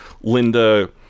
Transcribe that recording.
Linda